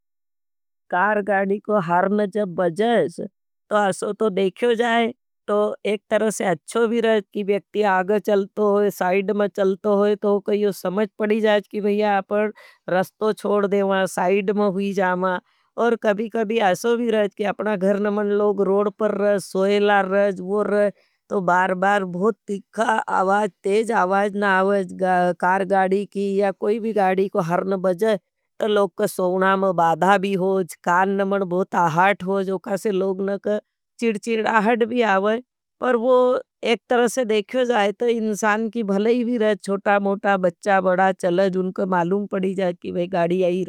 कार, गाड़ी को हरन जब बजज, तो अशो तो देख्यो जाए। तो एक तरह से अच्छो भी रहती व्यक्ति आग चलतो होई, साइड में चलतो होई। तो कईयो समझ पड़ी जाएच्छी बहिया अपन रस्तो छोड़ देवा, साइड में हुई जामा। और कभी-कभी ऐसो भी रहेज। की अपना घर नमन लोग रोड पर भी सोयल राज। तो बार बार बहुत तीखा आवाज तेज आवाज ना आवाज। कार गाड़ी की या कोई भी गाड़ी को हॉर्न बजे तो लोग का सोना मा बाधा भी होज। कान नमन बहुत आहाट होई, जो कासे लोगन का चिरचिरण आहाट भी आवाई। पर वो एक तरह से देखयो जाए, तो इंसान की भले ही भी रहती, चोटा-मोटा बच्चा बड़ा चलत। उनको मालूम पड़ी जाए की बहिया गाड़ी आई रहती है।